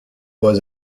was